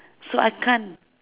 so I can't